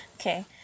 okay